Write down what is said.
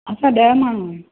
असां ॾह माण्हू आहियूं